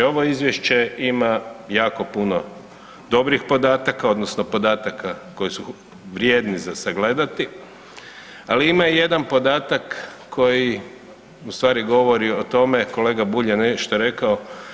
Ovo izvješće ima jako puno dobrih podataka odnosno podataka koji su vrijedni za sagledati, ali ima i jedan podatak koji u stvari govori o tome, kolega Bulj je nešto rekao.